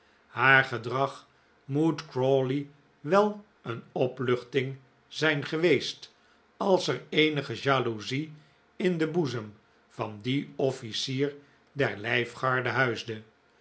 haar gedrag moet crawley wel een opluchting zijn geweest als er eenige jaloezie in den boezem van dien officier der lijfgarde huisde